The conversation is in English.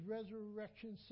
Resurrection